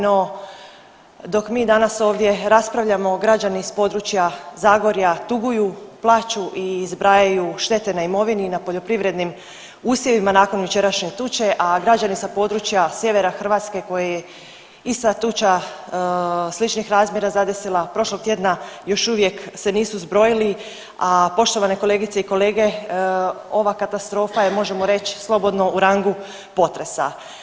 No dok mi danas ovdje raspravljamo građani s područja Zagorja tuguju, plaču i zbrajaju štete na imovini i na poljoprivrednim usjevima nakon jučerašnje tuče, a građani sa područja sjevera Hrvatske koje je ista tuča sličnih razmjera zadesila prošlog tjedna još uvijek se nisu zbrojili, a poštovane kolegice i kolege ova katastrofa je možemo reć slobodno u rangu potresa.